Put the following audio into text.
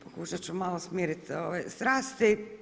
Pokušati ću malo smiriti strasti.